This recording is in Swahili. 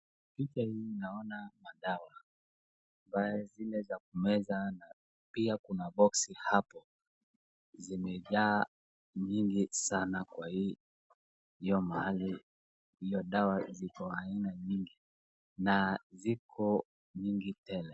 Picha hii naona madawa ambayo ni zile za kumeza na pia kuna boxi hapo, zimejaa mingi sana kwa hiyo mahali, hiyo dawa ziko aina nyingi na ziko nyingi tele.